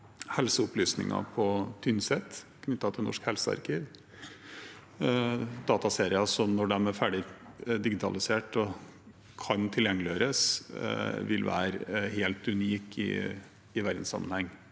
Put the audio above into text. helseopplysninger, på Tynset ved Norsk helsearkiv. Dette er dataserier som, når de er ferdig digitalisert og kan tilgjengeliggjøres, vil være helt unike i verdenssammenheng.